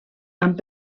amb